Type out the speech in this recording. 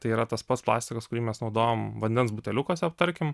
tai yra tas pats plastikas kurį mes naudojam vandens buteliukuose tarkim